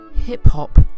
Hip-hop